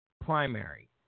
primary